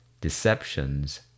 deceptions